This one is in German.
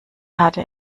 hatte